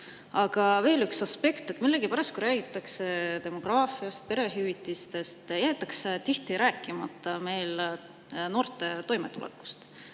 veel üks aspekt. Millegipärast, kui räägitakse demograafiast ja perehüvitistest, siis jäetakse tihti rääkimata meie noorte toimetulekust.